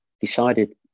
decided